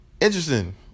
Interesting